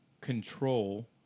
control